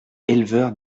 éleveurs